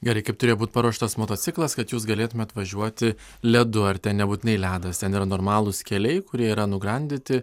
gerai kaip turėjo būti paruoštas motociklas kad jūs galėtumėt važiuoti ledu ar nebūtinai ledas ten yra normalūs keliai kurie yra nugrandyti